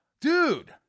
Dude